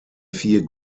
vier